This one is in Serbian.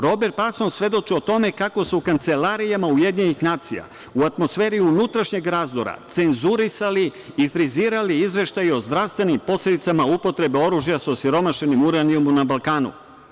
Robert Parsons svedoči o tome kako se u kancelarijama UN, u atmosferi unutrašnjeg razdora, cenzurisali i frizirali izveštaj o zdravstvenim posledicama upotrebe oružja sa osiromašenim uranijumom na Balkanu.